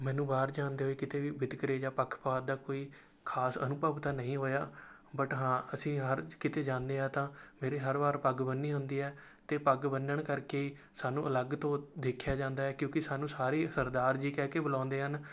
ਮੈਨੂੰ ਬਾਹਰ ਜਾਂਦੇ ਹੋਏ ਕਿਤੇ ਵੀ ਵਿਤਕਰੇ ਜਾਂ ਪੱਖਪਾਤ ਦਾ ਕੋਈ ਖਾਸ ਅਨੁਭਵ ਤਾਂ ਨਹੀਂ ਹੋਇਆ ਬਟ ਹਾਂ ਅਸੀਂ ਹਰ ਕਿਤੇ ਜਾਂਦੇ ਹਾਂ ਤਾਂ ਮੇਰੇ ਹਰ ਵਾਰ ਪੱਗ ਬੰਨ੍ਹੀ ਹੁੰਦੀ ਹੈ ਅਤੇ ਪੱਗ ਬੰਨ੍ਹਣ ਕਰਕੇ ਸਾਨੂੰ ਅਲੱਗ ਤੋਂ ਦੇਖਿਆ ਜਾਂਦਾ ਹੈ ਕਿਉਂਕਿ ਸਾਨੂੰ ਸਾਰੇ ਸਰਦਾਰ ਜੀ ਕਹਿ ਕੇ ਬੁਲਾਉਂਦੇ ਹਨ